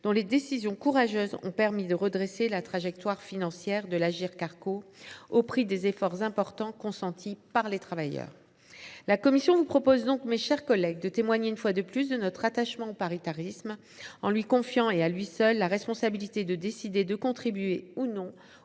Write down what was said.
dont les décisions courageuses ont permis de redresser la trajectoire financière de l’Agirc Arrco au prix d’efforts importants consentis par les travailleurs. La commission vous propose donc, mes chers collègues, de témoigner une fois de plus notre attachement au paritarisme, en lui confiant, et à lui seul, la responsabilité de décider de contribuer ou non